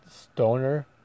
Stoner